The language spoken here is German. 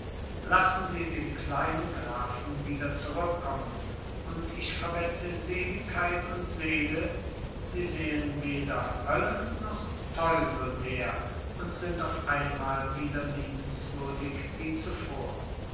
lassen sie den kleinen grafen wieder zurückkommen und ich verwette seligkeit und seele sie sehen weder hölle noch teufel mehr und sind auf einmal wieder liebenswürdig wie zuvor